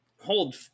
hold